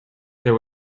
there